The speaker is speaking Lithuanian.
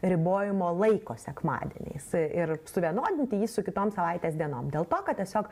ribojimo laiko sekmadieniais ir suvienodinti jį su kitom savaitės dienom dėl to kad tiesiog